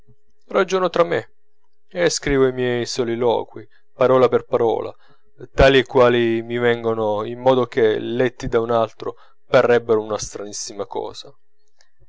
ragiono tra me e scrivo i miei soliloqui parola per parola tali e quali mi vengono in modo che letti da un altro parrebbero una stranissima cosa